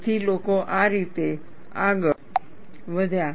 તેથી લોકો આ રીતે આગળ વધ્યા